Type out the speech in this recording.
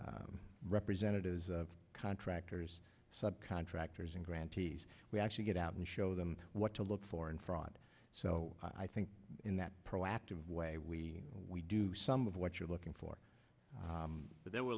but representatives of contractors subcontractors and grantees we actually get out and show them what to look for in fraud so i think in that proactive way we we do some of what you're looking for but there were